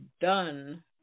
done